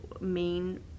main